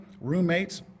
roommates